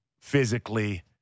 physically